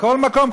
כל מקום,